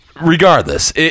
Regardless